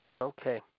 Okay